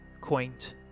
quaint